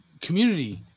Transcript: community